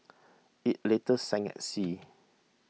it later sank at sea